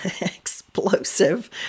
explosive